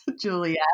Julia